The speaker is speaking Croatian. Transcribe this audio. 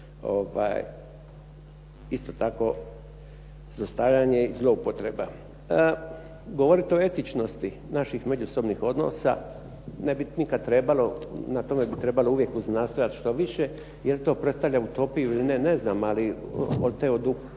isto tako zlostavljanje i zloupotreba. Govorit o etičnosti naših međusobnih odnosa, ne bi nikada trebalo, na tome bi trebalo uvijek uznastojati sve više jer to predstavlja utopiju ili ne, ne znam ali od